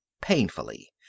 painfully